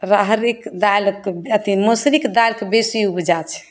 राहरिक दालिके अथी मौसरीके दालिके बेसी उपजा छै